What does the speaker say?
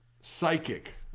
psychic